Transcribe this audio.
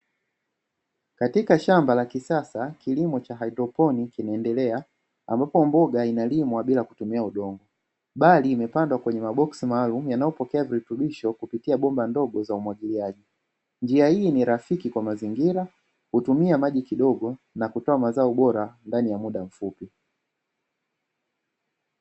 Katika shamba la kisasa kilimo cha haidroponi kinaendelea, ambapo mboga inalimwa bila kutumia udongo, bali limepandwa kwenye maboksi maalumu yanayopokea virutubisho kupitia bomba ndogo za umwagiliaji, njia hii ni rafiki kwa mazingira hutumia maji kidogo na kutoa mazao bora ndani ya muda mfupi.